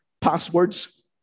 passwords